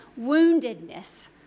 woundedness